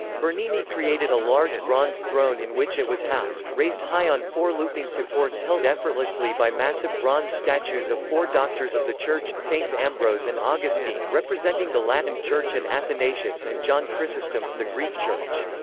bernini created a large bronze throne in which it was housed, raised high on four looping supports held effortlessly by massive bronze statues of four doctors of the church, saints ambrose and augustine representing the latin church and athanasius and john chrysostom, the greek church.